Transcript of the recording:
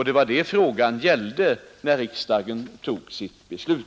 Det var detta frågan gällde när riksdagen tog sitt beslut.